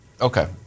Okay